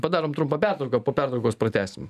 padarom trumpą pertrauką po pertraukos pratęsim